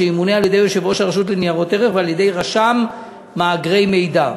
שימונה על-ידי יושב-ראש הרשות לניירות ערך ועל-ידי רשם מאגרי המידע.